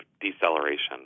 deceleration